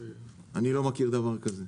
אני לא מכיר דבר כזה.